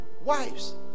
wives